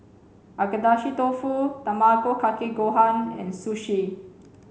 Agedashi Dofu Tamago Kake Gohan and Sushi